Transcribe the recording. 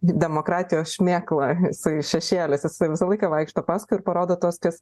demokratijos šmėkla jisai šešėlis jisai visą laiką vaikšto paskui ir parodo tuos kas